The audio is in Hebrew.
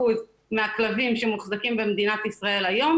מהכלבים שמוחזקים במדינת ישראל היום,